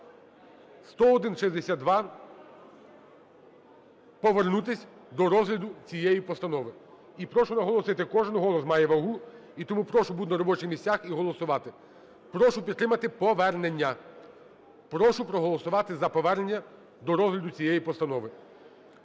(10162), повернутися до розгляду цієї постанови. І прошу наголосити, кожен голос має вагу, і тому прошу бути на робочих місцях і голосувати. Прошу підтримати повернення. Прошу проголосувати за повернення до розгляду цієї постанови.